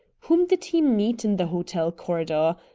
whom did he meet in the hotel corridor?